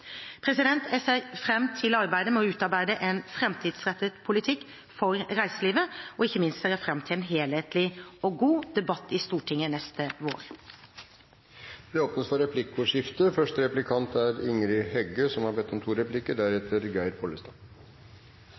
Jeg ser fram til arbeidet med å utarbeide en framtidsrettet politikk for reiselivet. Og ikke minst ser jeg fram til en helhetlig og god debatt i Stortinget neste vår. Det åpnes for replikkordskifte.